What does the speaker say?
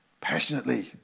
Passionately